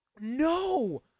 No